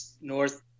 North